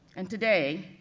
and today,